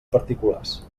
particulars